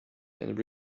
and